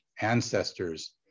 ancestors